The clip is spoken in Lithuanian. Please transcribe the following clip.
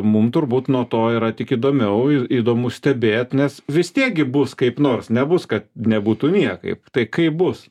mum turbūt nuo to yra tik įdomiau ir įdomu stebėt nes vis tiek gi bus kaip nors nebus kad nebūtų niekaip tai kaip bus